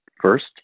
first